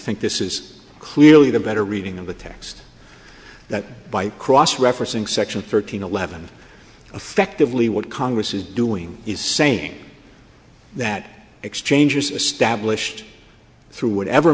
think this is clearly the better reading of the text that by cross referencing section thirteen eleven affectively what congress is doing is saying that exchange is established through whatever